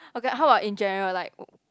okay how about in general like